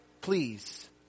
please